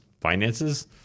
finances